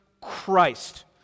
Christ